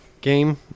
game